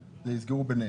שהם יסגרו ביניהם.